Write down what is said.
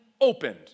opened